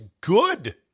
good